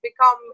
become